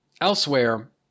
elsewhere